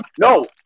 no